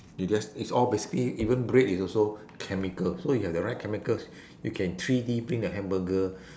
you just it's all basically even bread is also chemical so if you have the right chemicals you can three D print a hamburger